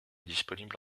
disponible